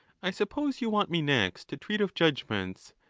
i suppose you want me next to treat of judgments,